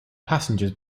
passengers